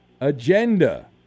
Agenda